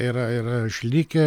yra yra išlikę